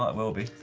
might well be.